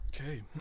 Okay